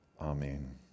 Amen